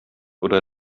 oder